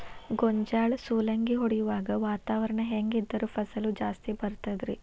ಗೋಂಜಾಳ ಸುಲಂಗಿ ಹೊಡೆಯುವಾಗ ವಾತಾವರಣ ಹೆಂಗ್ ಇದ್ದರ ಫಸಲು ಜಾಸ್ತಿ ಬರತದ ರಿ?